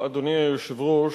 אדוני היושב-ראש,